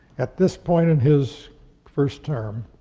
at this point in his first term,